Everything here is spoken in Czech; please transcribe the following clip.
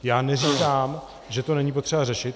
Já neříkám, že to není potřeba řešit.